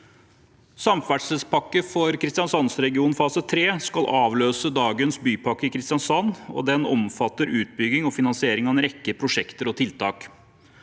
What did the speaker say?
Samferdselspakke for Kristiansandsregionen fase 3 skal avløse dagens bypakke i Kristiansand, og den omfatter utbygging og finansiering av en rekke prosjekter og tiltak.